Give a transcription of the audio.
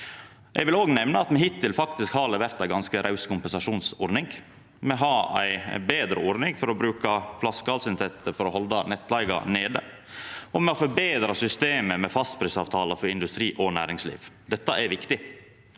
har levert ei ganske raus kompensasjonsordning. Me har ei betre ordning for å bruka flaskehalsinntekter for å halda nettleiga nede, og me har forbetra systemet med fastprisavtalar for industri og næringsliv. Dette er viktig,